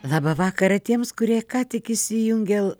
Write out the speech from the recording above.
labą vakarą tiems kurie ką tik įsijungė